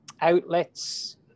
outlets